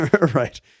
Right